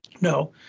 No